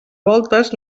voltes